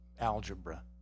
algebra